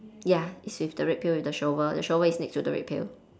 ya it's with the red pail with the shovel the shovel is next to the red pail